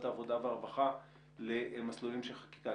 העבודה והרווחה למסלולים של חקיקה.